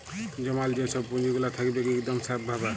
জমাল যে ছব পুঁজিগুলা থ্যাকবেক ইকদম স্যাফ ভাবে